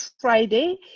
Friday